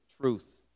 truth